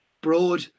broad